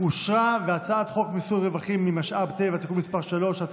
על הצעת חוק מיסוי רווחים ממשאבי טבע (תיקון מס' 3),